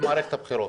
במערכת הבחירות.